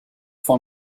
for